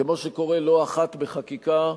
כמו שקורה לא אחת בחקיקה,